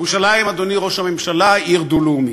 ירושלים, אדוני ראש הממשלה, היא עיר דו-לאומית.